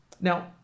Now